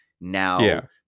now